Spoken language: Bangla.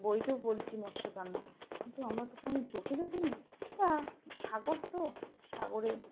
বইতেও পড়েছি মৎস্যকন্যা কিন্তু আমরা তো কোনো চোঁখে দেখিনি তা সাগর তো সাগরে